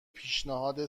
پیشنهاد